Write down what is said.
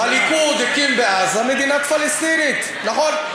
הליכוד הקים בעזה מדינה פלסטינית, נכון.